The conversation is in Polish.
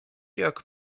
jak